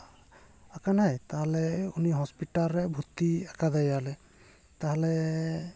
ᱟᱠᱟᱱᱟᱭ ᱛᱮᱦᱚᱞᱮ ᱩᱱᱤ ᱦᱚᱥᱯᱤᱴᱟᱞ ᱨᱮ ᱵᱷᱩᱨᱛᱤ ᱟᱠᱟᱫᱮᱭᱟᱞᱮ ᱛᱟᱦᱚᱞᱮ